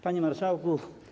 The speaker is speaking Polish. Panie Marszałku!